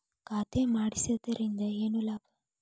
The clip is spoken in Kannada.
ಖಾತೆ ಮಾಡಿಸಿದ್ದರಿಂದ ಏನು ಲಾಭ?